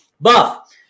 Buff